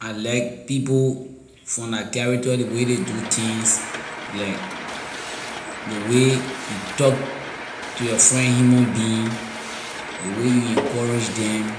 I like people from their character ley way ley do things like ley way you talk to your friend human being ley way you encourage them